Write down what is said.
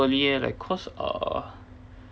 cause uh